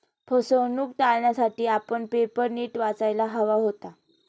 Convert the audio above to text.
फसवणूक टाळण्यासाठी आपण पेपर नीट वाचायला हवा होता